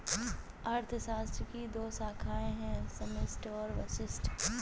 अर्थशास्त्र की दो शाखाए है समष्टि और व्यष्टि